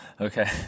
okay